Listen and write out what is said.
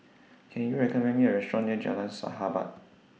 Can YOU recommend Me A Restaurant near Jalan Sahabat